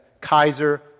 Kaiser